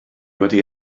wedi